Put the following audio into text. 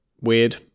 weird